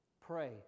Pray